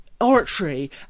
Oratory